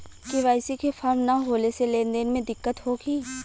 KYC के form न होले से लेन देन में दिक्कत होखी?